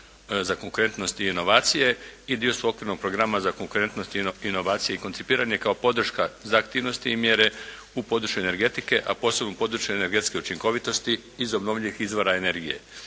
za konkurentnost i inovacije" i dio su okvirnog programa za konkurentnost i inovacije i koncipiran je kao podrška za aktivnosti i mjere u području energetike a posebno u području energetske učinkovitosti iz obnovljivih izvora energije.